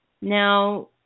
Now